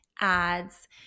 ads